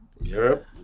Europe